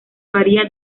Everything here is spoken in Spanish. varía